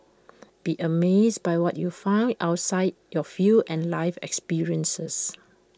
be amazed by what you find outside your field and life experiences